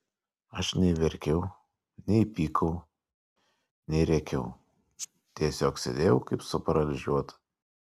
aš nei verkiau nei pykau nei rėkiau tiesiog sėdėjau kaip suparalyžiuota